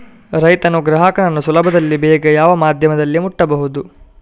ರೈತನು ಗ್ರಾಹಕನನ್ನು ಸುಲಭದಲ್ಲಿ ಬೇಗ ಯಾವ ಮಾಧ್ಯಮದಲ್ಲಿ ಮುಟ್ಟಬಹುದು?